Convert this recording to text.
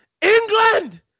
England